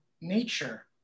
nature